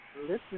Listen